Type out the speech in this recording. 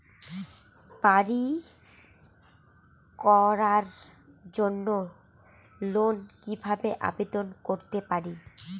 বাড়ি করার জন্য লোন কিভাবে আবেদন করতে পারি?